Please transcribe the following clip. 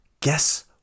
guess